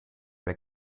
mehr